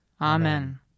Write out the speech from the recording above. Amen